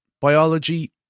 biology